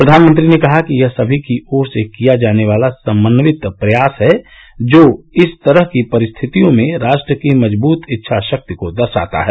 प्रधानमंत्री ने कहा कि यह सभी की ओर से किया जाने वाला सम्मिलित प्रयास है जो इस तरह की परिस्थितियों में राष्ट्र की मजबूत इच्छाशक्ति को दर्शाता है